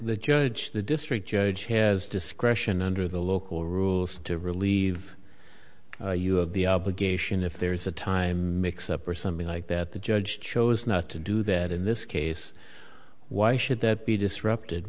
the judge the district judge has discretion under the local rules to relieve you of the obligation if there is a time mix up or something like that the judge chose not to do that in this case why should there be disrupted